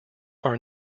are